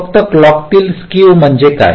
फक्त क्लॉकतील स्केव म्हणजे काय